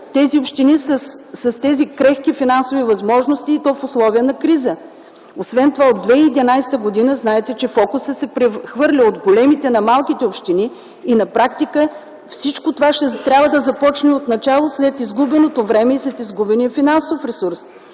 общини са с крехки финансови възможности, особено в условия на криза. Освен това знаете, че от 2011 г. фокусът се прехвърля от големите към малките общини. На практика всичко това ще трябва да започне отначало след изгубеното време и изгубения финансов ресурс.